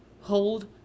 hold